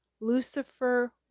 Lucifer